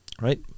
right